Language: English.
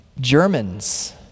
Germans